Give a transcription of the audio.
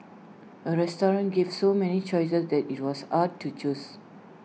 A restaurant gave so many choices that IT was hard to choose